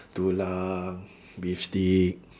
tulang beef steak